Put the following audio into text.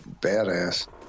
badass